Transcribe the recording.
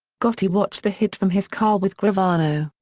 gotti watched the hit from his car with gravano.